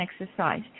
exercise